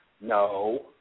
No